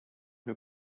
who